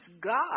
God